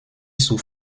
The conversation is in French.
sous